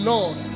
Lord